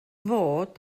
fod